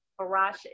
Farasha